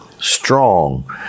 Strong